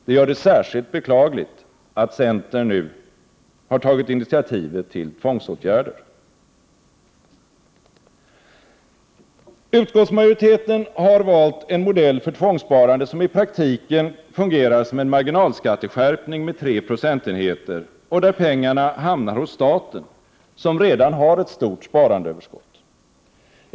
Det gör det särskilt beklagligt att centern nu har tagit initiativ till tvångsåtgärder. Utskottsmajoriteten har valt en modell för tvångssparande, som i praktiken fungerar som en marginalskatteskärpning med 3 procentenheter och där pengarna hamnar hos staten, som redan har ett stort sparandeöverskott.